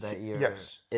yes